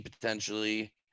potentially